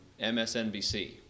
MSNBC